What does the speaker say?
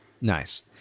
Nice